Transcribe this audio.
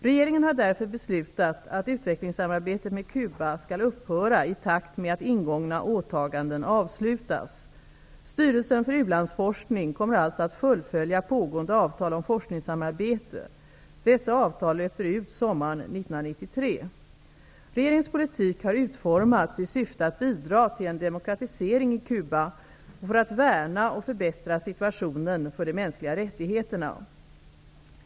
Regeringen har därför beslutat att utvecklingssamarbetet med Cuba skall upphöra i takt med att ingånga åtaganden avslutas. Styrelsen för u-landsforskning kommer alltså att fullfölja pågående avtal om forskningssamarbete. Dessa avtal löper ut sommaren 1993. Regeringens politik har utformats i syfte att bidra till en demokratisering i Cuba och att värna och förbättra situationen för de mänskliga rättigheterna.